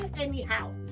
Anyhow